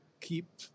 keep